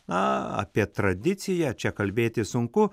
na apie tradiciją čia kalbėti sunku